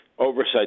Oversight